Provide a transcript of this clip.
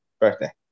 birthday